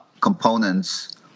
components